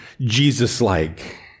Jesus-like